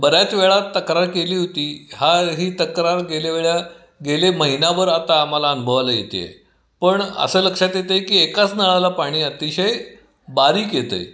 बऱ्याच वेळा तक्रार केली होती हा ही तक्रार गेल्या वेळा गेले महिनाभर आता आम्हाला अनुभवायला येते आहे पण असं लक्षात येतं आहे की एकाच नळाला पाणी अतिशय बारीक येतं आहे